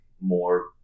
more